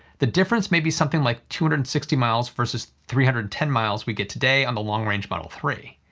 the difference may be something like two hundred and sixty miles versus the three hundred and ten miles we get today on the long range model three.